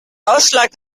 ausschlag